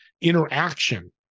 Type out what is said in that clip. interaction